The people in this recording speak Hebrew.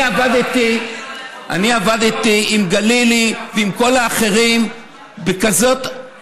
עבדתי עם גלילי ועם כל האחרים בתיאום,